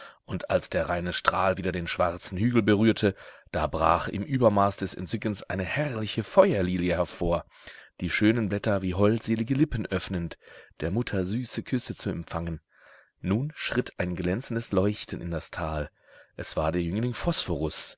und als der reine strahl wieder den schwarzen hügel berührte da brach im übermaß des entzückens eine herrliche feuerlilie hervor die schönen blätter wie holdselige lippen öffnend der mutter süße küsse zu empfangen nun schritt ein glänzendes leuchten in das tal es war der jüngling